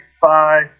five